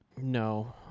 No